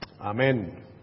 Amen